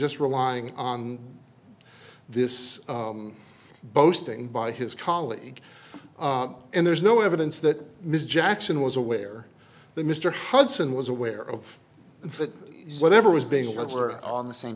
just relying on this boasting by his colleague and there's no evidence that mr jackson was aware that mr hudson was aware of whatever was being on the same